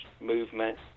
movement